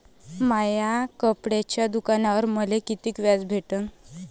माया कपड्याच्या दुकानावर मले कितीक व्याज भेटन?